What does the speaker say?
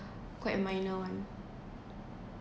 quite minor [one]